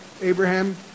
Abraham